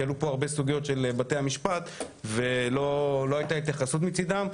כי עלו פה הרבה סוגיות של בתי המשפט ולא הייתה התייחסות מצידם,